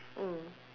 mm